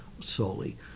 solely